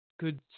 good